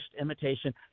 imitation